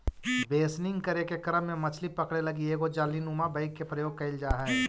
बेसनिंग करे के क्रम में मछली पकड़े लगी एगो जालीनुमा बैग के प्रयोग कैल जा हइ